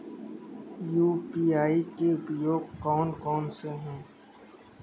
UPI के उपयोग कौन कौन से हैं?